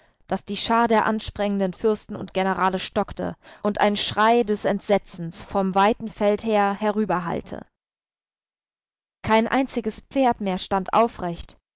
daß die schar der ansprengenden fürsten und generale stockte und ein schrei des entsetzens vom weiten feld her herüberhallte kein einziges pferd mehr stand aufrecht